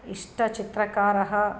इष्टः चित्रकारः